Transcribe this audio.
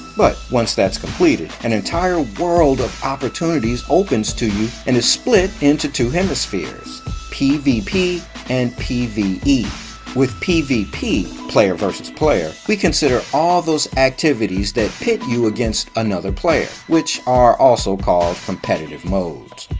but once that's completed, an entire world of opportunities opens to you and is split into two hemispheres pvp and pve. with pvp, player versus player, we consider all those activities that pits you against another player, which are also called competitive modes.